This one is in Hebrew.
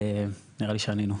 נראה לי שענינו.